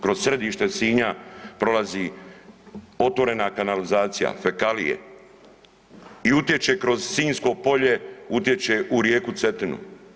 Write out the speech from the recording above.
Kroz središte Sinja prolazi otvorena kanalizacija, fekalije i utječe kroz Sinjsko polje, utječe u rijeku Cetinu.